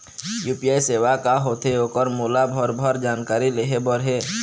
UPI सेवा का होथे ओकर मोला भरभर जानकारी लेहे बर हे?